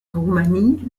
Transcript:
roumanie